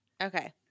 Okay